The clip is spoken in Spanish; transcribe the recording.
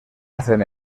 hacen